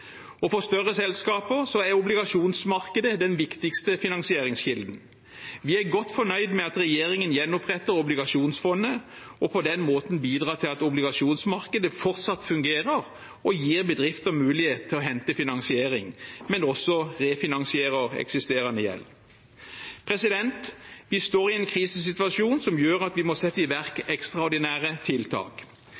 og sørger for at de fremdeles har et lånemarked som fungerer for disse bedriftene. For større selskaper er obligasjonsmarkedet den viktigste finansieringskilden. Vi er godt fornøyd med at regjeringen gjenoppretter obligasjonsfondet og på den måten bidrar til at obligasjonsmarkedet fortsatt fungerer og gir bedrifter mulighet til å hente finansiering, men også refinansierer eksisterende gjeld. Vi står i en krisesituasjon som gjør at vi må sette i